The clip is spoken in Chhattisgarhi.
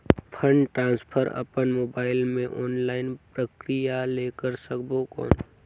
फंड ट्रांसफर अपन मोबाइल मे ऑनलाइन प्रक्रिया ले कर सकबो कौन?